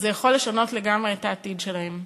יכול לשנות לגמרי את העתיד שלהם.